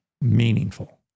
meaningful